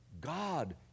God